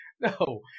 no